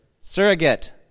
Surrogate